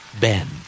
Bend